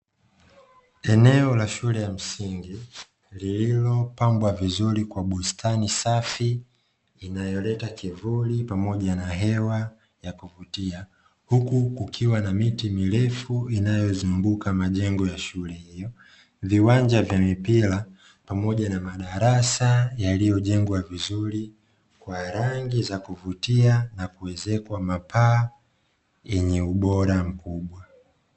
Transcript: Eneo la shule ya msingi, lililopangwa vizuri kwa bustani safi inayoleta kivuli pamoja na hewa ya kuvutia, huku kukiwa na miti mirefu inayozunguka majengo ya shule hiyo, viwanja vya mipira pamoja na madarasa yaliyojengwa vizuri kwa rangi za kuvutia na kuezekwa mapaa yenye ubora mkubwa.